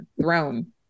Throne